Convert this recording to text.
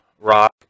rock